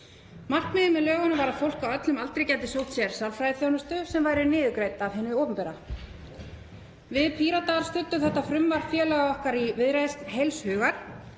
Markmiðið með lögunum var að fólk á öllum aldri gæti sótt sér sálfræðiþjónustu sem væri niðurgreidd af hinu opinbera. Við Píratar studdum þetta frumvarp félaga okkar í Viðreisn heils hugar